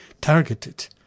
targeted